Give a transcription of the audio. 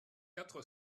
quatre